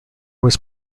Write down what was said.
was